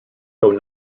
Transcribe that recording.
though